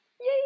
Yay